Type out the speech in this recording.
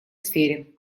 сфере